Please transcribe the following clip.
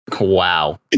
Wow